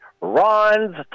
Ron's